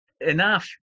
enough